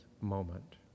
moment